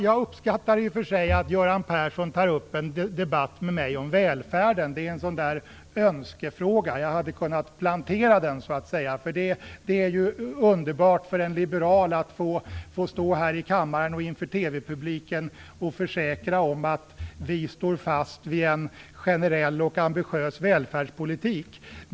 Jag uppskattar i och för sig att Göran Persson tar upp en debatt med mig om välfärden. Det är en önskefråga. Jag hade kunnat plantera den så att säga, för det är ju underbart för en liberal att här i kammaren och inför TV-publiken få försäkra att vi står fast vid en generell och ambitiös välfärdspolitik.